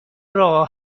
راه